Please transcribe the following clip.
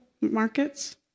markets